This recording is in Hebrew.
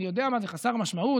זה חסר משמעות,